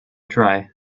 try